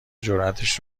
جراتش